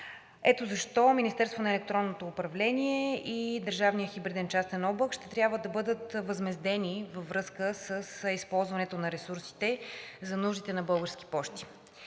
Ето защо Министерството на електронното управление и държавният хибриден частен облак ще трябва да бъдат възмездени във връзка с използването на ресурсите за нуждите на „Български пощи“.